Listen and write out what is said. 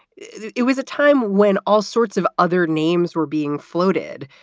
it it was a time when all sorts of other names were being floated.